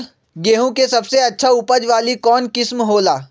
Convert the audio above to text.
गेंहू के सबसे अच्छा उपज वाली कौन किस्म हो ला?